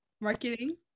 Marketing